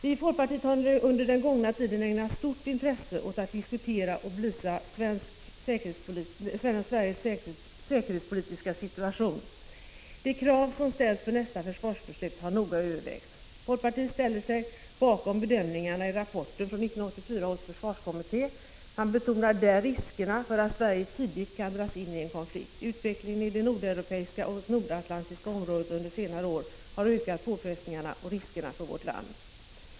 Vi i folkpartiet har under den gångna tiden ägnat stort intresse åt att diskutera och belysa Sveriges säkerhetspolitiska situation. De krav som ställs inför nästa försvarsbeslut har noga övervägts. Folkpartiet ställer sig bakom bedömningarna i rapporten från 1984 års försvarskommitté. Man betonar där riskerna för att Sverige tidigt kan dras in i en konflikt. Utvecklingen i det nordeuropeiska och nordatlantiska området under senare år har ökat påfrestningarna och riskerna för vårt land.